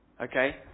Okay